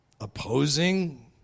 opposing